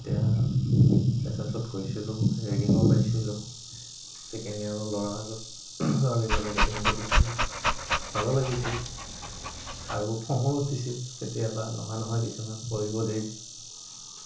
এতিয়া ফেছাচত গৈছিলোঁ ৰেগিঙো পাইছিলোঁ ছেকেণ্ড ইয়াৰৰ ল'ৰা আৰু ছোৱালীবোৰে ৰেগিং কৰিছিল ভালো লাগিছিল আৰু খঙো উঠিছিল কেতিয়াবা নোহা নহয় কিছুমান কৰিব দেই